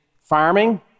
farming